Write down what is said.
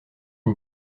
une